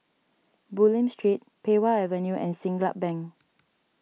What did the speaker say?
Bulim Street Pei Wah Avenue and Siglap Bank